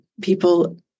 people